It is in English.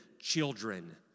children